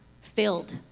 filled